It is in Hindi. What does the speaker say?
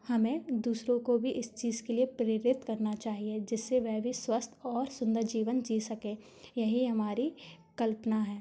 हमें दूसरों को भी इस चीज के लिए प्रेरित करना चाहिए जिससे वह भी स्वस्थ और सुंदर जीवन जी सकें यही हमारी कल्पना है